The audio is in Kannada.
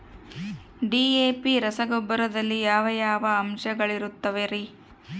ಡಿ.ಎ.ಪಿ ರಸಗೊಬ್ಬರದಲ್ಲಿ ಯಾವ ಯಾವ ಅಂಶಗಳಿರುತ್ತವರಿ?